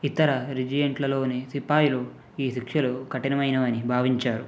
ఇతర రెజిమెంట్లలోని సిపాయిలు ఈ శిక్షలు కఠినమైనవని భావించారు